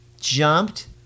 jumped